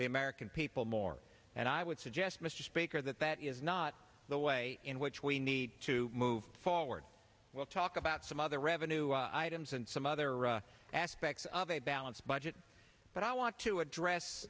the american people more and i would suggest mr speaker that that is not the way in which we need to move forward we'll talk about some other revenue items and some other aspects of a balanced budget but i want to address